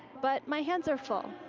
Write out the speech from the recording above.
but my hands are full.